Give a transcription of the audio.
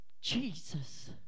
Jesus